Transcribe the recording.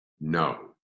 No